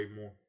more